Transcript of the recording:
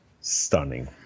stunning